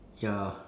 ya